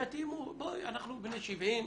אנחנו בני 70,